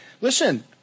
listen